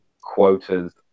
quotas